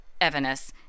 Evanus